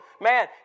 man